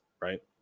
right